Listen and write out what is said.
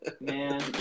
Man